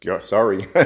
sorry